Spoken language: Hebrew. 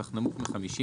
אך נמוך מ-50%,